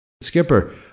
Skipper